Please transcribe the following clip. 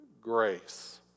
grace